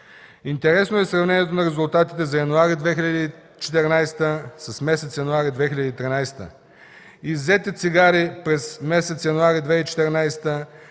Интересно е сравнението на резултатите за януари 2014 г. с месец януари 2013 г.: иззети цигари през месец януари 2014